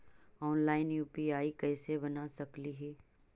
Online UPI कैसे बना सकली ही?